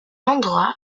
endroits